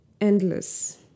endless